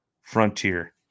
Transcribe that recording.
frontier